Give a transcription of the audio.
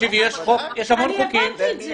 אני הבנתי את זה.